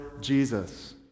Jesus